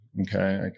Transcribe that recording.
okay